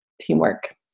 teamwork